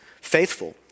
faithful